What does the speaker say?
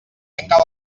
tancar